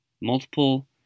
multiple